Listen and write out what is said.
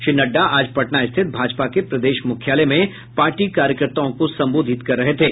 श्री नड्डा आज पटना स्थित भाजपा के प्रदेश मुख्यालय में पार्टी कार्यकर्ताओं को संबोधित रहे थे